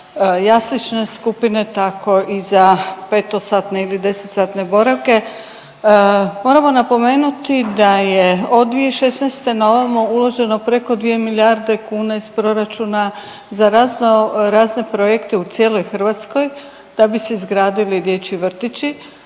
jaslične skupine tako i za 5-satne ili 10-satne boravke. Moramo napomenuti da je od 2016. na ovamo uloženo preko 2 milijarde kuna iz proračuna za raznorazne projekte u cijeloj Hrvatskoj da bi se izgradili dječji vrtići,